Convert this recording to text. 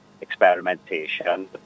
experimentation